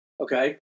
okay